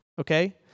okay